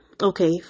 okay